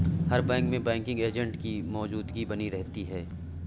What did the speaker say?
हर bank में banking agent की मौजूदगी बनी रहती है